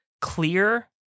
clear